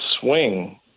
swing